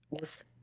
Yes